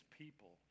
people